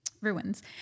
ruins